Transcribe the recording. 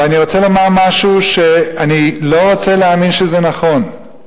ואני רוצה לומר משהו שאני לא רוצה להאמין שזה נכון,